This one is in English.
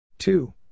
Two